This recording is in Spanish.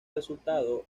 resultado